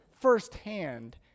firsthand